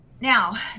Now